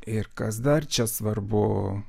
ir kas dar čia svarbu